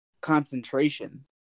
Concentration